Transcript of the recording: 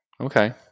Okay